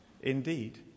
indeed